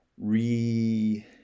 re